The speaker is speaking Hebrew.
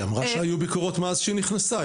היא אמרה שהיו ביקורות מאז שהיא נכנסה,